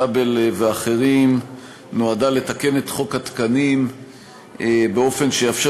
כבל ואחרים נועדה לתקן את חוק התקנים באופן שיאפשר